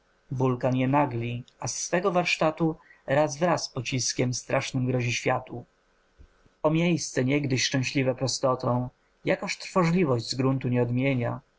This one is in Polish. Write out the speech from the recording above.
wulkan je nagli a z swego warstatu razwraz pociskiem strasznym grozi światu o miejsce niegdyś szczęśliwe prostotą jakaż trwożliwość z gruntu cię odmienia